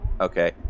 Okay